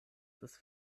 des